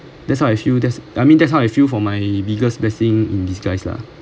that's how I feel that's I mean that's how I feel for my biggest blessing in disguise lah